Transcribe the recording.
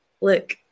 look